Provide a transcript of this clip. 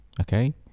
okay